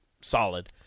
solid